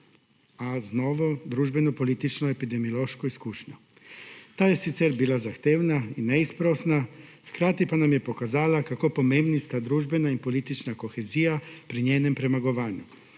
a z novo družbeno-politično epidemiološko izkušnjo. Ta je sicer bila zahtevna, neizprosna, hkrati pa nam je pokazala, kako pomembni sta družbena in politična kohezija pri njenem premagovanju.